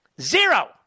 Zero